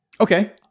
Okay